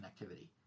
connectivity